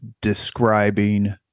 describing